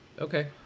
Okay